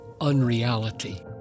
Unreality